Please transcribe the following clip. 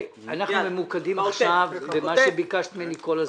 אנחנו ממוקדים עכשיו במה שביקשת ממני כל הזמן.